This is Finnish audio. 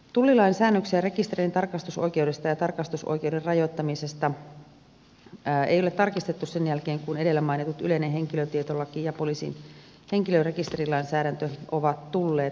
tullilain säännöksiä rekisterin tarkastusoikeudesta ja tarkastusoikeuden rajoittamisesta ei ole tarkistettu sen jälkeen kun edellä mainitut yleinen henkilötietolaki ja poliisin henkilörekisterilainsäädäntö ovat tulleet voimaan